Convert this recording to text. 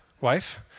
wife